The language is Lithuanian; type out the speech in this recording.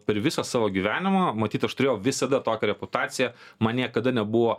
per visą savo gyvenimą matyt aš turėjau visada tokią reputaciją man niekada nebuvo